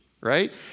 right